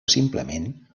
simplement